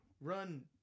run